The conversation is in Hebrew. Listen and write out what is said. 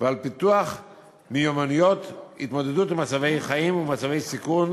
ועל פיתוח מיומנויות התמודדות עם מצבי חיים ומצבי סיכון